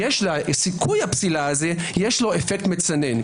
לסיכוי הפסילה הזה יש לו אפקט מצנן.